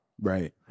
Right